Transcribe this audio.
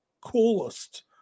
coolest